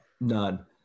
none